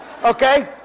Okay